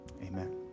Amen